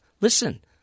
Listen